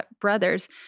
brothers